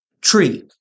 Tree